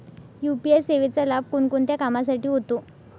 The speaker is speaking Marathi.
यू.पी.आय सेवेचा लाभ कोणकोणत्या कामासाठी होतो?